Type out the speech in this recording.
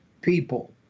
people